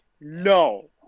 no